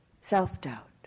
self-doubt